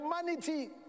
humanity